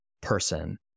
person